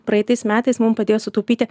praitais metais mums padėjo sutaupyti